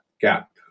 gap